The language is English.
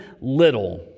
little